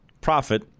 Profit